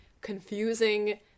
confusing